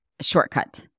shortcut